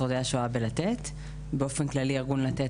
יכול להיות שזה נשאר מאחור כי מנגנון ההצמדה